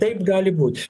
taip gali būt